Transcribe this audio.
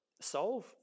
solve